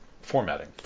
Formatting